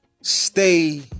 stay